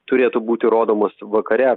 turėtų būti rodomos vakare